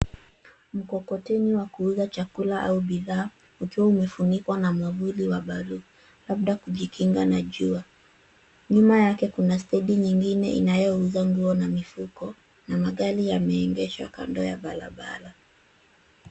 Mkokoteni wa kuuza chakula au bidhaa ukiwa umefunikwa na mwavuli bluu labda kujikinga na jua nyuma yake kuna steji nyingine inayouza mifuko na magari yanaendeshwa kando ya Barabara.